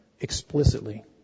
explicitly